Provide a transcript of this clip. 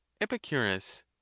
Epicurus